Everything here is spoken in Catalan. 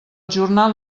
jornal